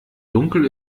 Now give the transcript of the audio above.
dunkel